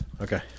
Okay